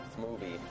movie